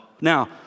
Now